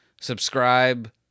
subscribe